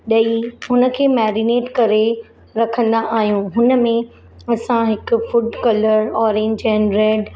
ॾही हुन खे मैरिनेट करे रखंदा आहियूं हुन में असां हिकु food colour orange and red